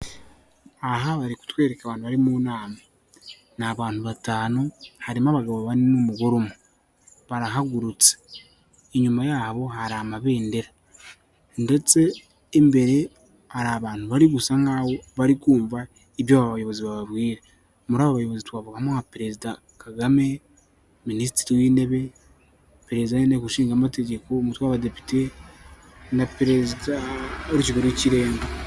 Aha barikutwereka abantu bari mu nama. Ni abantu batanu harimo abagabo bane n'umugore umwe. Barahagurutse. Inyuma yabo hari amabendera, ndetse imbere hari abantu bari gusa nkaho barikumva ibyo aba bayobozi bababwira. Muri abo bayobozi twavugamo nka Perezida Kagame, Minisitiri w'intebe, Perezida w'inteko ishingama amategeko umutwe w'abadepite na Perezida w'urukiko rw'ikirenga.